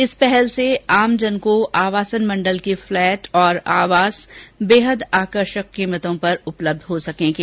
इस पहल से आमजन को आवासन मण्डल के पलैट और आवास बेहद आकर्षक कीमतों में उपलब्ध हो सकेंगे